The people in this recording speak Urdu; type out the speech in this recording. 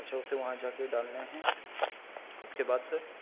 اچھا اسے وہاں جا کے ڈالنے ہیں اس کے بعد سر